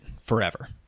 forever